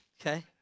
okay